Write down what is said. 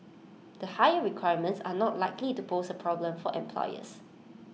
the higher requirements are not likely to pose A problem for employers